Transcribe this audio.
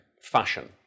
fashion